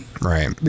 right